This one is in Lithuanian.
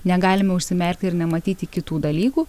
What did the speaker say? negalime užsimerkti ir nematyti kitų dalykų